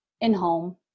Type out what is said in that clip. in-home